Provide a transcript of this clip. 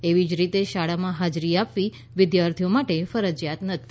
એવી જ રીતે શાળામાં હાજરી આપવી વિદ્યાર્થીઓ માટે ફરજીયાત નથી